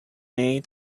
may